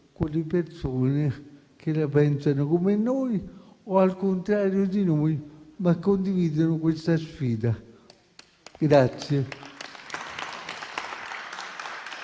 con le persone che la pensano come noi o al contrario di noi, ma condividono questa sfida.